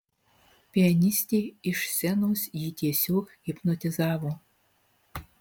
pianistė iš scenos jį tiesiog hipnotizavo